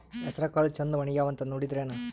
ಹೆಸರಕಾಳು ಛಂದ ಒಣಗ್ಯಾವಂತ ನೋಡಿದ್ರೆನ?